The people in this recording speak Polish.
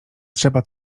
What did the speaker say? trzeba